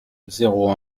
zéro